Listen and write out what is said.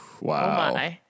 Wow